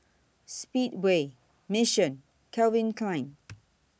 Speedway Mission Calvin Klein